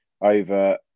over